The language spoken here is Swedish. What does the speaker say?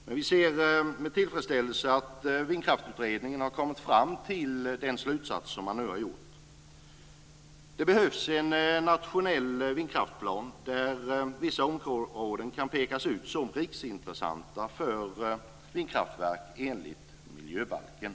Men vi ser med tillfredsställelse att Vindkraftsutredningen har kommit fram till den slutsats som den nu har gjort. Det behövs en nationell vindkraftsplan där vissa områden kan pekas ut som riksintressanta för vindkraftverk enligt miljöbalken.